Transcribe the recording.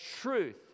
truth